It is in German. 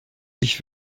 ich